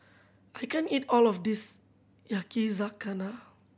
I can't eat all of this Yakizakana